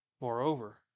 Moreover